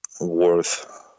worth